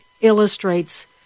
illustrates